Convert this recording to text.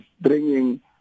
bringing